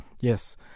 yes